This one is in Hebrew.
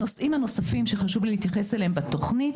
הנושאים הנוספים שחשוב להתייחס אליהם בתוכנית